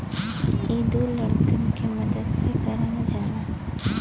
इ दू लड़कन के मदद से करल जाला